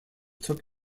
took